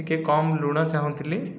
ଟିକେ କମ୍ ଲୁଣ ଚାହୁଁଥିଲି